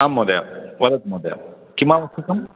आम् महोदय वदतु महोदय किम् आवश्यकम्